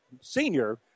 senior